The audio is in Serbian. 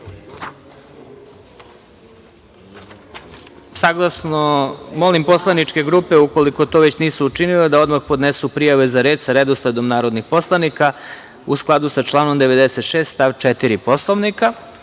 Srbije. Molim poslaničke grupe ukoliko to već nisu učinile da odmah podnesu prijave za reč sa redosledom narodnih poslanika u skladu sa članom 96. stav 4. Poslovnika. Saglasno